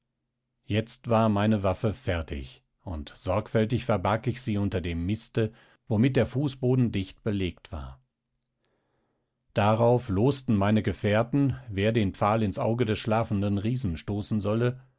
jetzt war meine waffe fertig und sorgfältig verbarg ich sie unter dem miste womit der fußboden dicht belegt war darauf losten meine gefährten wer den pfahl ins auge des schlafenden riesen stoßen solle